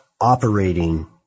operating